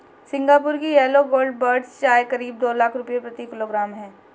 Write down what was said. Singapore की yellow gold buds चाय करीब दो लाख रुपए प्रति किलोग्राम है